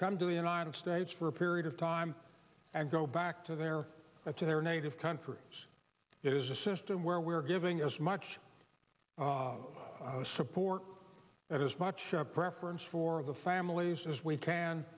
come to the united states for a period of time and go back to their to their native country this is a system where we are giving as much support as much preference for the families as we can